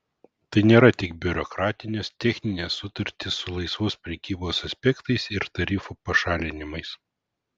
tai nėra tik biurokratinės techninės sutartys su laisvos prekybos aspektais ir tarifų pašalinimais